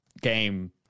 game